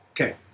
Okay